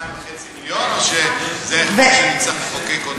ל-2.5 מיליון, או שזה חוק שנצטרך לחוקק עוד מעט?